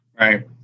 Right